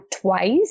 twice